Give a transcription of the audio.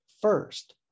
first